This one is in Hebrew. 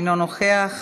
אינו נוכח,